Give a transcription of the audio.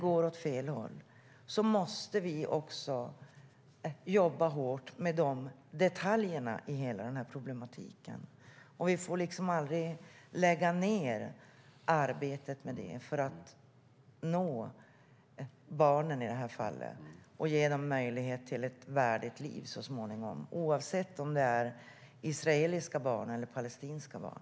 Vi måste jobba hårt med detaljerna i hela problematiken. Vi får aldrig lägga ned arbetet med det för att nå barnen i det här fallet och ge dem möjlighet till ett värdigt liv så småningom oavsett om det är israeliska barn eller palestinska barn.